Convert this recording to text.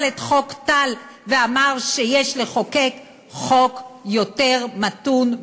את חוק טל ואמר שיש לחוקק חוק יותר מתון,